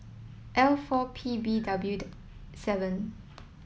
L four P B W the seven